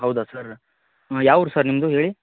ಹೌದಾ ಸರ್ ಯಾವ ಊರು ಸರ್ ನಿಮ್ಮದು ಹೇಳಿ